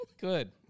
Good